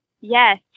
Yes